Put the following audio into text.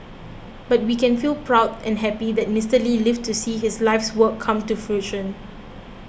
but we can feel proud and happy that Mister Lee lived to see his life's work come to fruition